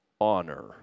honor